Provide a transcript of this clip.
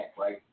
right